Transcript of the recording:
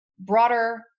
broader